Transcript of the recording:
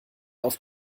auf